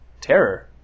terror